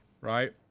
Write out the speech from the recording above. right